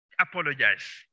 apologize